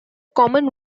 common